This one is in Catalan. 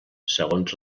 segons